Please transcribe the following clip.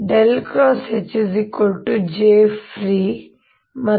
Hjfree H ಮತ್ತು